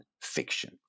fiction